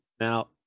now